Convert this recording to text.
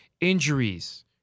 injuries